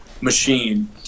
machine